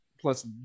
plus